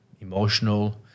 emotional